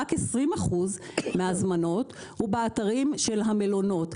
רק 20% מההזמנות הן באתרים של המלונות,